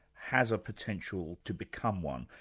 has a potential to become one.